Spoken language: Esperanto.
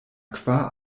kvar